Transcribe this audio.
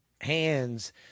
hands